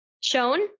shown